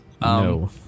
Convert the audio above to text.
No